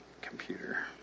computer